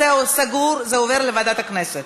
זהו, סגור, זה עובר לוועדת הכנסת.